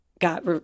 got